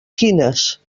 quines